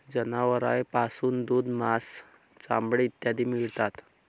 जनावरांपासून दूध, मांस, चामडे इत्यादी मिळतात